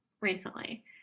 recently